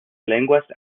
lenguas